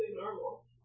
normal